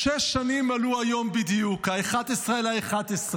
שש שנים מלאו היום בדיוק, 11 בנובמבר,